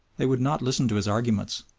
they would not listen to his arguments.